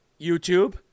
YouTube